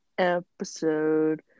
Episode